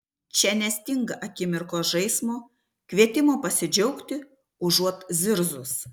čia nestinga akimirkos žaismo kvietimo pasidžiaugti užuot zirzus